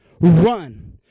run